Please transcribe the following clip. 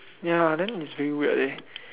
ya then it's very weird leh